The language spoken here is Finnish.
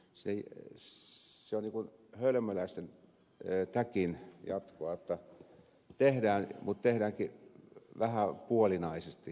se on niin kuin hölmöläisten täkin jatkoa jotta tehdään mutta tehdäänkin vähän puolinaisesti